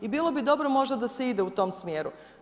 I bilo bi dobro možda da se ide u tom smjeru.